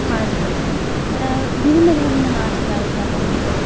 মাছ ধরে তারা বিভিন্ন ধরনের মাছ পায় যেমন হলো